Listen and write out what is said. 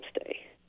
stay